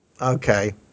Okay